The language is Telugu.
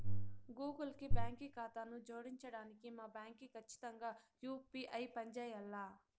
గూగుల్ కి బాంకీ కాతాను జోడించడానికి మా బాంకీ కచ్చితంగా యూ.పీ.ఐ పంజేయాల్ల